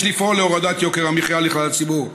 יש לפעול להורדת יוקר המחיה לכלל הציבור,